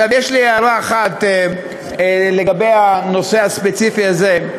עכשיו, יש לי הערה אחת לגבי הנושא הספציפי הזה.